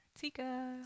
Tika